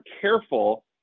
careful